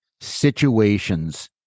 situations